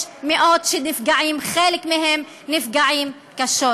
יש מאות שנפגעים, חלק מהם נפגעים קשות.